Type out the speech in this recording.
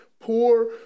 poor